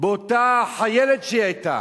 באותה חיילת שהיתה,